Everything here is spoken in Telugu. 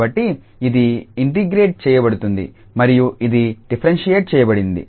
కాబట్టి ఇది ఇంటిగ్రేట్ చేయబడుతుంది మరియు ఇది డిఫరెన్షియేట్ చేయబడింది